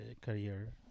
career